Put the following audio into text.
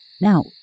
Now